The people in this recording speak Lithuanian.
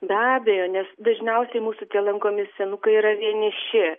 be abejo nes dažniausiai mūsų tie lankomi senukai yra vieniši